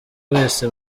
wese